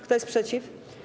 Kto jest przeciw?